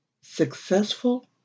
successful